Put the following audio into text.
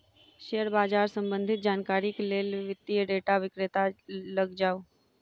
share बाजार सम्बंधित जानकारीक लेल वित्तीय डेटा विक्रेता लग जाऊ